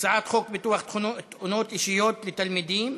21 בעד, אין מתנגדים,